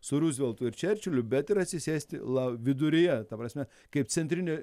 su ruzveltu ir čerčiliu bet ir atsisėsti la viduryje ta prasme kaip centrinė